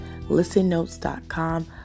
ListenNotes.com